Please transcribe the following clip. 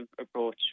approach